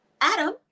Adam